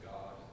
God